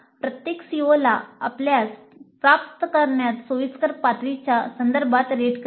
प्रत्येक COला आपल्यास प्राप्त करण्यात सोयीस्कर पातळीच्या संदर्भात रेट करा